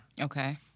Okay